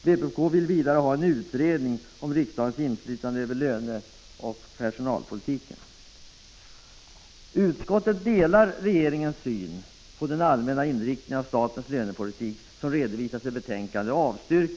Vpk vill vidare ha en utredning om riksdagens inflytande över löneoch personalpolitiken.